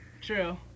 True